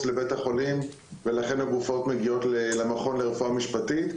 לבית החולים ולכן הגופות מגיעות למכון לרפואה משפטית.